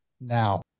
now